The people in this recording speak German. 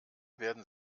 werden